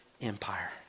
empire